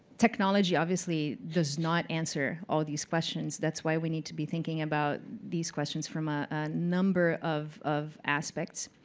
technology, obviously, does not answer all these questions. that's why we need to be thinking about these questions from a number of of aspects.